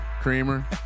creamer